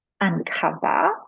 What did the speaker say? uncover